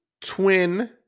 twin